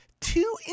Two